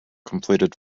completed